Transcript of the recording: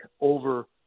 over